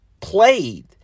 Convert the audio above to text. played